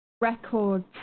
records